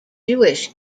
jewish